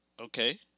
okay